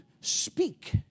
speak